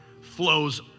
flows